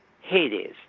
Hades